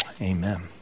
Amen